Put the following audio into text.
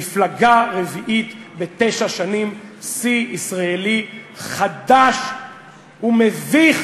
מפלגה רביעית בתשע שנים, שיא ישראלי חדש ומביך